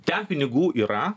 ten pinigų yra